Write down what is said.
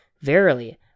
Verily